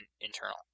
internal